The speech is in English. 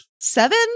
seven